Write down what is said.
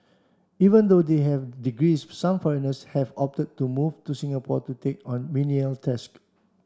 even though they have degrees some foreigners have opted to move to Singapore to take on menial task